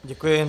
Děkuji.